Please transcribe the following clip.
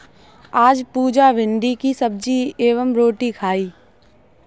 आज पुजा भिंडी की सब्जी एवं रोटी खाई